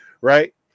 right